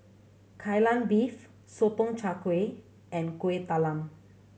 Kai Lan Beef Sotong Char Kway and Kueh Talam